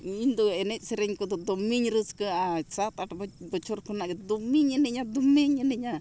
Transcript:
ᱤᱧ ᱫᱚ ᱮᱱᱮᱡ ᱥᱮᱨᱮᱧ ᱠᱚᱫᱚ ᱫᱚᱢᱮᱧ ᱨᱟᱹᱥᱠᱟᱹᱜᱼᱟ ᱥᱟᱛ ᱟᱴ ᱵᱚᱪᱷᱚᱨ ᱠᱷᱚᱱᱟᱜ ᱜᱮ ᱫᱚᱢᱮᱧ ᱮᱱᱮᱡᱟ ᱫᱚᱢᱮᱧ ᱮᱱᱮᱡᱟ